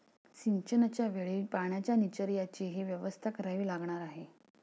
सिंचनाच्या वेळी पाण्याच्या निचर्याचीही व्यवस्था करावी लागणार आहे